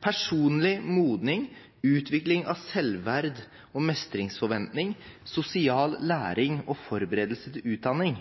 Personlig modning, utvikling av selvverd og mestringsforventning, sosial læring og forberedelse til utdanning